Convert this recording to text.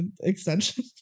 extension